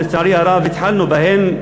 שלצערי הרב התחלנו בהן,